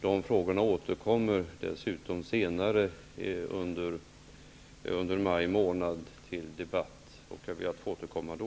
De frågorna kommer dessutom upp till debatt igen senare under maj månad. Jag ber att få återkomma då.